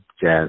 jazz